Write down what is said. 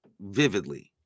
vividly